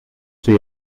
see